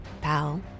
Pal